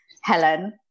Helen